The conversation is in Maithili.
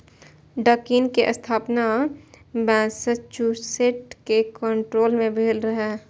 डकिन के स्थापना मैसाचुसेट्स के कैन्टोन मे भेल रहै